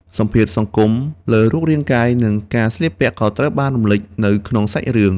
សម្ពាធសង្គម លើរូបរាងកាយ និងការស្លៀកពាក់ក៏ត្រូវបានរំលេចនៅក្នុងសាច់រឿង។